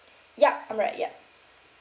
ya I'm right ya